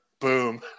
boom